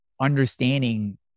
understanding